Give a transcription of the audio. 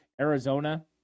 Arizona